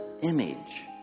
image